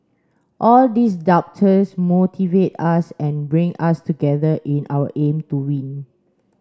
all these doubters motivate us and bring us together in our aim to win